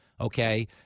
Okay